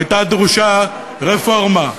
הייתה דרושה רפורמה.